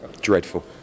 Dreadful